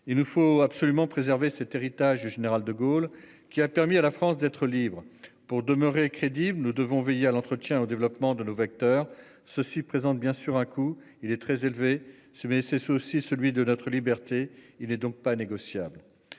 Il nous faut absolument préserver cet héritage du général De Gaulle qui a permis à la France d'être libre pour demeurer crédible. Nous devons veiller à l'entretien au développement de nos vecteurs ceux-ci présente bien sûr un coup il est très élevé ce mais c'est c'est aussi celui de notre liberté. Il est donc pas négociable.